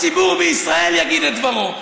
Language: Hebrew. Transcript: הציבור בישראל יגיד את דברו.